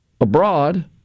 abroad